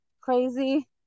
crazy